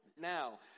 now